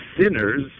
sinners